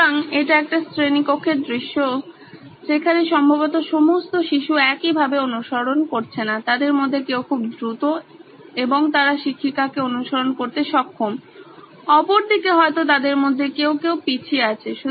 সুতরাং এটি একটি শ্রেণিকক্ষের দৃশ্য যেখানে সম্ভবত সমস্ত শিশু একই ভাবে অনুসরণ করছে না তাদের মধ্যে কিছু জন খুব দ্রুত এবং তারা শিক্ষিকাকে অনুসরণ করতে সক্ষম অপরদিকে হয়তো তাদের মধ্যে কেউ কেউ পিছিয়ে আছে